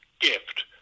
gift